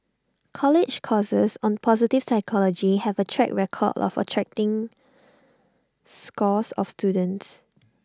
college courses on positive psychology have A track record of attracting scores of students